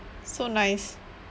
so nice